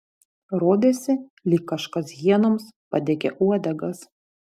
rodėsi lyg kažkas hienoms padegė uodegas